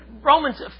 Romans